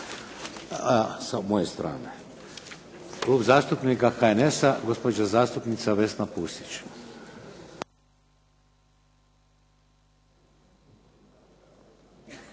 sa moje strane. Klub zastupnika HNS-a, gospođa zastupnica Vesna Pusić.